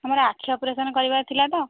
ଆମର ଆଖି ଅପରେସନ୍ କରିବାର ଥିଲା ତ